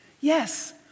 Yes